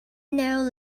know